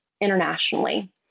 internationally